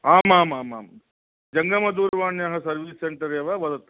आमामाम् जङ्गमदूरवाण्याः service centre एव वदतु